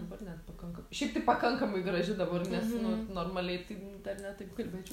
dabar net pakanka šiaip tai pakankamai graži dabar nes nu normaliai tai dar ne taip kalbėčiau